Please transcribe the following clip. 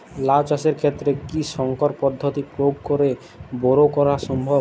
লাও চাষের ক্ষেত্রে কি সংকর পদ্ধতি প্রয়োগ করে বরো করা সম্ভব?